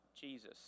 Jesus